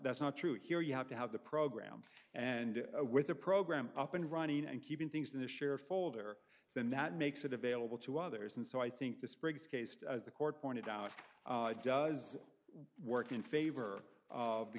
that's not true here you have to have the program and with the program up and running and keeping things in the share folder then that makes it available to others and so i think the sprigs case the court pointed out does work in favor of the